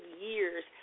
years